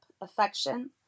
affection